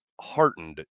heartened